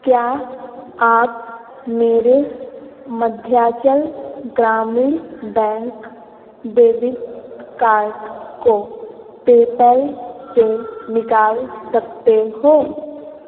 क्या आप मेरे Madhyanchal Gramin bank debit card को पेपैल से निकाल सकते हो